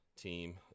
team